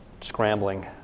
scrambling